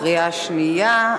קריאה שנייה,